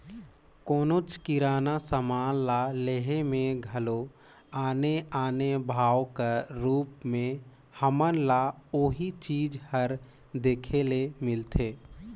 कोनोच किराना समान ल लेहे में घलो आने आने भाव कर रूप में हमन ल ओही चीज हर देखे ले मिलथे